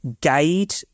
guide